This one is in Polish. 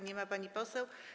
Nie ma pani poseł.